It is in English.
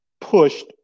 pushed